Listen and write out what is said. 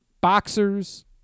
boxers